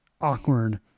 awkward